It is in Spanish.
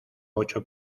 ocho